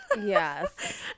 yes